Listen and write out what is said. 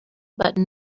button